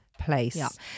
place